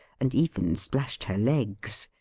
and even splashed her legs.